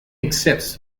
accepts